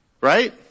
Right